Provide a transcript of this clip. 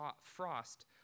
frost